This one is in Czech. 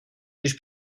když